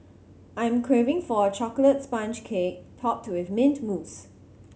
I am craving for a chocolate sponge cake topped with mint mousse